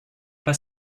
pas